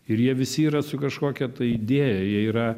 ir jie visi yra su kažkokia tai idėja jie yra